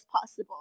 possible